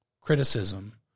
criticism